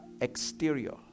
exterior